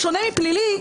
בשונה מפלילי,